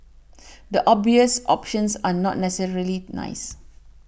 the obvious options are not necessarily nice